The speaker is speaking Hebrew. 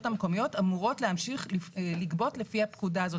המקומיות אמורות להמשיך לגבות לפי הפקודה הזאת?